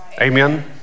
Amen